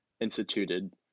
instituted